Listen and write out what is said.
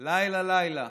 לילה-לילה,